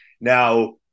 Now